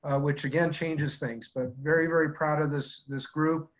which again changes things. but very, very proud of this this group.